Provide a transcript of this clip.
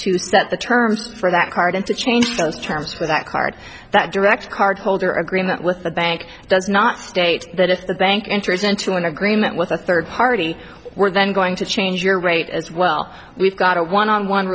to set the terms for that card and to change those terms for that card that direct card holder agreement with the bank does not state that if the bank interest into an agreement with a third party were then going to change your rate as well we've got a one on one